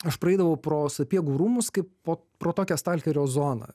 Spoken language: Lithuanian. aš praeidavau pro sapiegų rūmus kaip po pro tokią stalkerio zoną